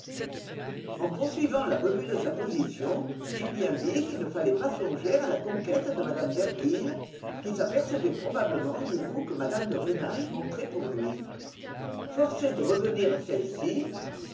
en poursuivant la revue de sa position julien vit qu'il ne fallait pas songer à la conquête de mme derville qui s'apercevait probablement du goût que mme de rênal montrait pour lui forcé de revenir à celle-ci